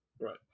right